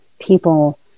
people